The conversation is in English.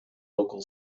local